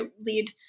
lead